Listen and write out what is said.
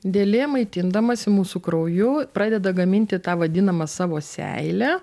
dėlė maitindamasi mūsų krauju pradeda gaminti tą vadinamą savo seilę